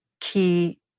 key